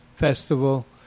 festival